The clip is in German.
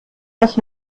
das